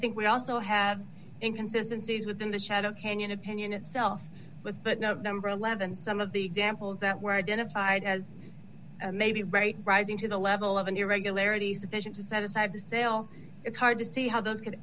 think we also have inconsistency is within the shadow canyon opinion itself with but no number eleven some of the examples that were identified as maybe right rising to the level of an irregularity sufficient to set aside the sale it's hard to see how those could